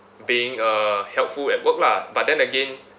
being uh helpful at work lah but then again